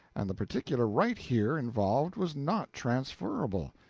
and the particular right here involved was not transferable,